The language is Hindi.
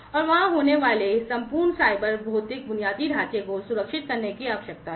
और वहां होने वाले संपूर्ण साइबर भौतिक बुनियादी ढांचे को सुरक्षित करने की आवश्यकता है